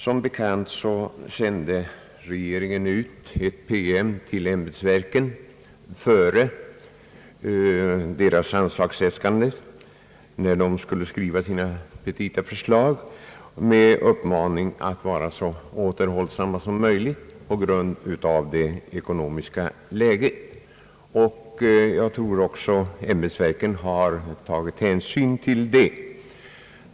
Som bekant sände regeringen ut en promemoria till ämbetsverken innan de skulle skriva sina petita med uppmaning till verken att vara så återhållsamma som möjligt på grund av det ekonomiska läget. Jag tror också att ämbetsverken har tagit hänsyn härtill.